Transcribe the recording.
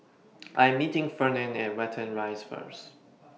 I Am meeting Fernand At Watten Rise First